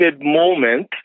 moment